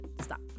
stop